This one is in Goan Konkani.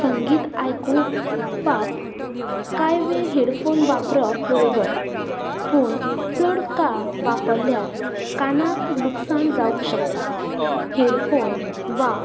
संगीत आयकूपाक कांय वेळ हेडफोन वापरप बरोबर पूण चड काळ वापरल्यार कानाक लुकसान जावंक शकता हेडफोन वा